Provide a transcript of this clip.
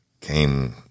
came